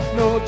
no